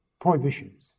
prohibitions